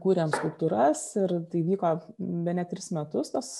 kūrėm skulptūras ir tai vyko bene tris metus tas